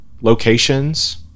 locations